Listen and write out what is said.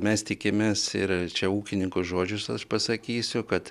mes tikimės ir čia ūkininko žodžius aš pasakysiu kad